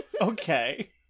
Okay